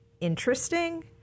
interesting